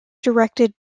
directed